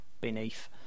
beneath